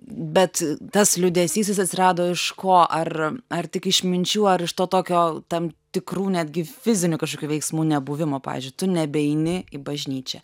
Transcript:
bet tas liūdesys jis atsirado iš ko ar ar tik iš minčių ar iš to tokio tam tikrų netgi fizinių kažkokių veiksmų nebuvimo pavyzdžiui tu nebeini į bažnyčią